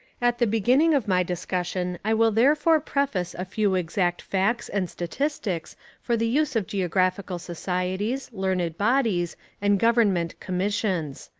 at the beginning of my discussion i will therefore preface a few exact facts and statistics for the use of geographical societies, learned bodies and government commissions.